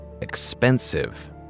expensive